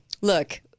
look